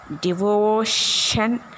devotion